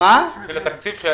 זה תוכנית חידוש מבנים.